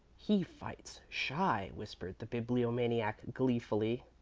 he fights shy, whispered the bibliomaniac, gleefully.